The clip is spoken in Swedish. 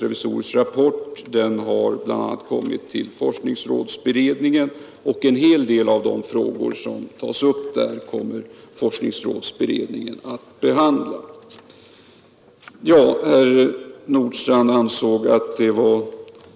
Revisorernas rapport har bl.a. kommit till forskningsrådsberedningen, som skall behandla en del av de frågor som tas upp i rapporten. Herr Nordstrandh ansåg det